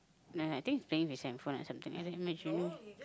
no I think he's playing with his handphone or something